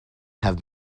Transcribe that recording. have